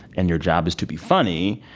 and your job is to be funny.